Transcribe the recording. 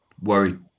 Worried